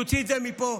תוציא את זה מפה.